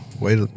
wait